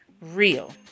real